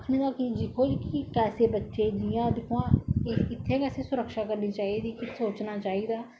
आक्खने दा मतलब कि दिक्खो कि कैसे बच्चे जियां दिक्खो हा इत्थै गै आसें गी सुरक्षा करनी चाहिदी सोचना चाहिदा